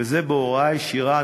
וזה בהוראה ישירה,